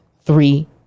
three